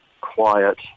quiet